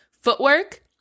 footwork